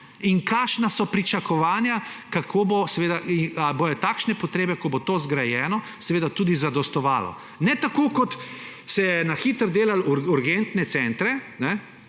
in kakšna so pričakovanja? Ali bo za takšne potrebe, ko bo to zgrajeno, seveda tudi zadostovalo? Ne tako, kot se je na hitro delalo urgentne centre,